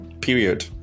Period